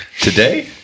Today